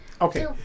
Okay